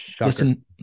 listen